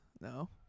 No